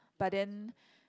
but then